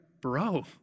bro